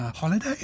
Holiday